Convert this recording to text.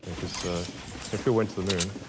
and cause if you went to the moon,